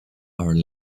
are